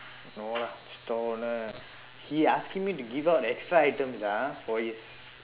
no lah store owner he asking me to give out extra items ah for his